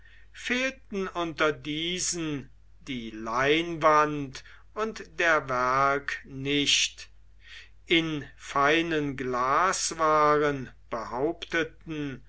fehlten unter diesen die leinwand und der werg nicht in feinen glaswaren behaupteten